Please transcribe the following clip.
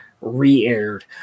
re-aired